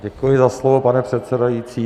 Děkuji za slovo, pane předsedající.